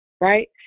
right